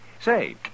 Say